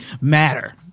matter